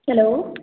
hello